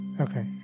okay